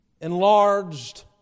enlarged